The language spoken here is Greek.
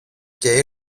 και